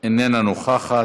אינה נוכחת.